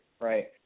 right